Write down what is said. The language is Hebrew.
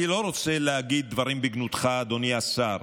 אני לא רוצה להגיד דברים בגנותך, אדוני השר,